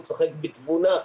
"שחק בתבונה".